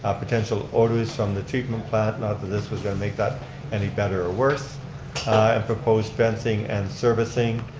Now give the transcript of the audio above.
ah potential odors from the treatment plant, not that this was going to make that any better or worse. it proposed fencing and servicing.